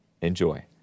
Enjoy